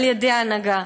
על-ידי ההנהגה.